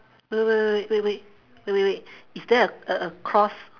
w~ w~ w~ wait wait wait wait wait wait is there a a a cross